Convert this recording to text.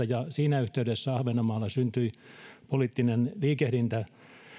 ja siinä yhteydessä ahvenanmaalla syntyi poliittinen liikehdintä